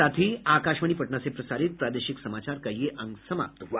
इसके साथ ही आकाशवाणी पटना से प्रसारित प्रादेशिक समाचार का ये अंक समाप्त हुआ